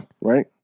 Right